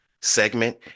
segment